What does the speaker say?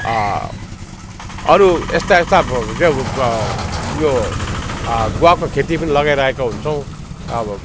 अरू यस्ता यस्ता यो गुवाको खेती पनि लगाइरहेको हुन्छौँ अब